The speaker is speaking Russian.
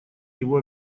его